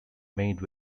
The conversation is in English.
made